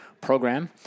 program